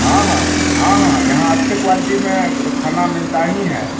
हाँ हाँ हाँ हाँ यहाँ अच्छे क्वालिटी में क खाना मिलता ही है